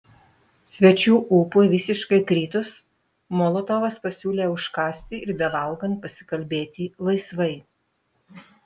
svečių ūpui visiškai kritus molotovas pasiūlė užkąsti ir bevalgant pasikalbėti laisvai